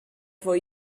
for